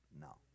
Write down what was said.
No